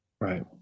Right